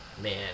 man